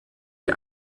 die